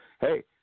Hey